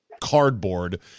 cardboard